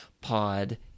pod